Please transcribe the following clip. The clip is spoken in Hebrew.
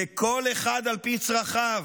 לכל אחד על פי צרכיו.